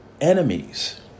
enemies